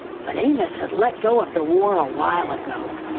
but amos had let go of the war a while ago.